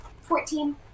Fourteen